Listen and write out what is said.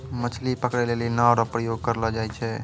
मछली पकड़ै लेली नांव रो प्रयोग करलो जाय छै